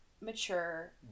mature